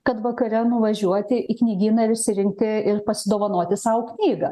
kad vakare nuvažiuoti į knygyną ir išsirinkti ir pasidovanoti sau knygą